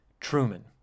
Truman